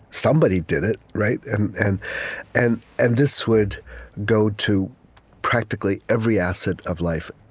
somebody did it, right? and and and and this would go to practically every asset of life.